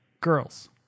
Girls